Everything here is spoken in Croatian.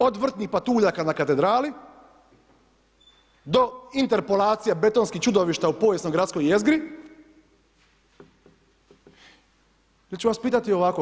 Od vrtnih patuljaka na katedrali, do interpolacija betonskih čudovišta u povijesnoj gradskoj jezgri, već ću vas pitati ovako.